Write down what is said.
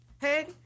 Hey